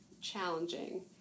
challenging